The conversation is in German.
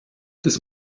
das